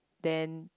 then